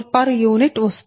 u వస్తుంది